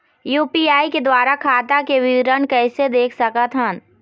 UPI के द्वारा खाता के विवरण कैसे देख सकत हन?